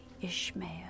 Ishmael